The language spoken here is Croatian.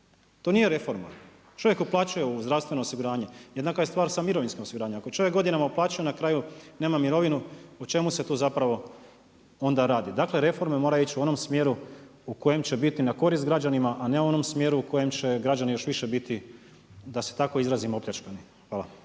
To nije reforma. Čovjek uplaćuje u zdravstveno osiguranje. Jednaka je stvar sa mirovinskim osiguranjem, ako čovjek godinama uplaćuje, na kraju nema mirovinu, o čemu se tu zapravo onda radi? Dakle reforme moraju ići u onom smjeru u kojem će biti na korist građanima a ne u onom smjeru u kojem će građani još više biti da se tako izrazim, opljačkani. Hvala.